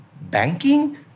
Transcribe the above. banking